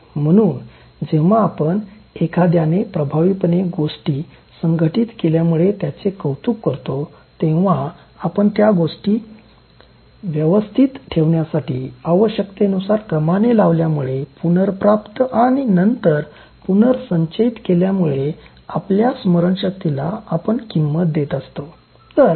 म्हणून जेव्हा आपण एखाद्याने प्रभावीपणे गोष्टी संघटीत केल्यामुळे त्याचे कौतुक करतो तेव्हा आपण त्या गोष्टी व्यवस्थित ठेवण्यासाठी आवश्यकतेनुसार क्रमाने लावल्यामुळे पुनर्प्राप्त आणि नंतर पुनर्संचयित केल्यामुळे आपल्या स्मरणशक्तीला आपण किमंत देत असतो